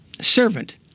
servant